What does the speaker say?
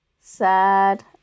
sad